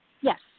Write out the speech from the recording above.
Yes